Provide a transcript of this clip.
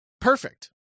perfect